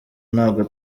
ntabwo